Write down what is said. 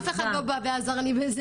אף אחד לא בא ועזר לי.